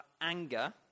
anger